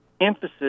emphasis